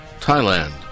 Thailand